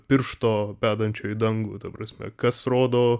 piršto bedančio į dangų ta prasme kas rodo